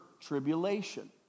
tribulation